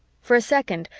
for a second,